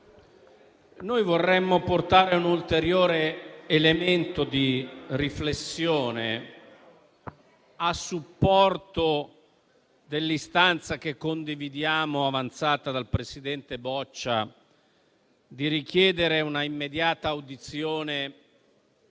noi vorremmo portare un ulteriore elemento di riflessione a supporto dell'istanza, che condividiamo, avanzata dal presidente Boccia di richiedere una immediata audizione